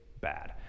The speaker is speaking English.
bad